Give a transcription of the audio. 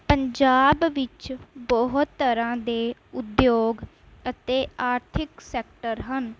ਪੰਜਾਬ ਵਿੱਚ ਬਹੁਤ ਤਰ੍ਹਾਂ ਦੇ ਉਦਯੋਗ ਅਤੇ ਆਰਥਿਕ ਸੈਕਟਰ ਹਨ